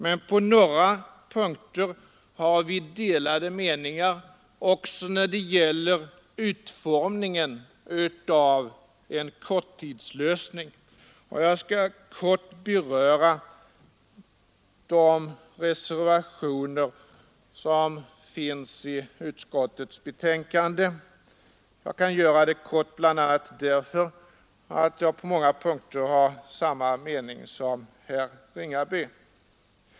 Men på några punkter råder delade meningar också när det gäller utformningen av en korttidslösning, och jag skall kort beröra de reservationer som finns i utskottets betänkande. Jag kan göra det kort bl.a. därför att jag på många punkter har samma mening som herr Ringaby.